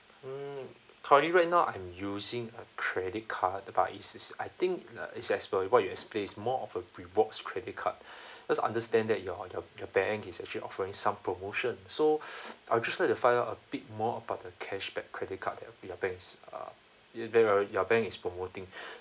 mm currently right now I'm using a credit card but it is I think uh it's as for what you'd expressed more of a rewards credit card just understand that your your your bank is actually offering some promotion so I would just like to find out a bit more about a cashback credit card that will be your bank's uh your your your bank is promoting